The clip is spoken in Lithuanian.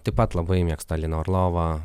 taip pat labai mėgstu aliną orlovą